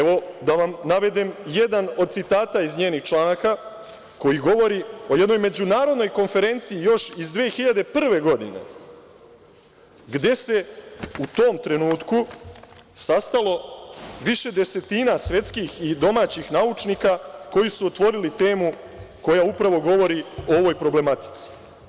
Evo, da vam navedem jedan od citata iz njenih članaka, koji govori o jednoj međunarodnoj konferenciji još iz 2001. godine, gde se u tom trenutku sastalo više desetina svetskih i domaćih naučnika koji su otvorili temu koja upravo govori o ovoj problematici.